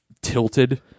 tilted